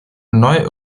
neu